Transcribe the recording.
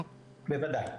בוודאי.